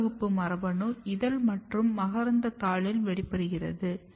B வகுப்பு மரபணு இதழ்கள் மற்றும் மகரந்தத்தாளில் வெளிப்படுகிறது